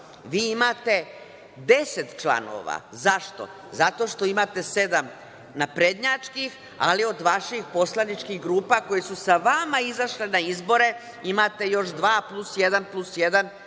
Vi imate 10 članova. Zašto? Zato što imate sedam naprednjačkih, ali od vaših poslaničkih grupa koji su sa vama izašle na izbore imate još dva plus jedan, plus jedan,